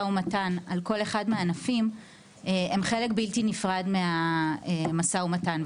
ומתן על כל אחד מהענפים הם חלק בלתי נפרד מהמשא ומתן,